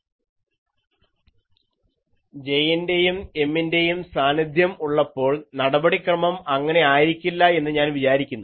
J ൻറെയും M ൻറെയും സാന്നിധ്യം ഉള്ളപ്പോൾ നടപടിക്രമം അങ്ങനെ ആയിരിക്കില്ല എന്ന് ഞാൻ വിചാരിക്കുന്നു